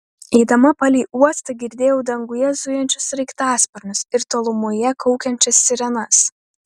eidama palei uostą girdėjo danguje zujančius sraigtasparnius ir tolumoje kaukiančias sirenas